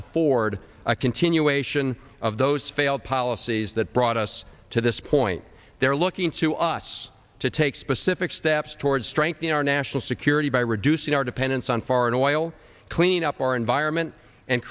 afford a continuation of those failed policies that brought us to this point they're looking to us to take specific steps toward strengthening our national security by reducing our dependence on foreign oil clean up our environment and